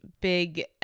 big